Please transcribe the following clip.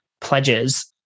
pledges